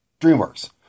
DreamWorks